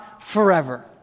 forever